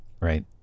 Right